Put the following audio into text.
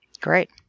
Great